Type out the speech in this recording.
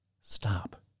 Stop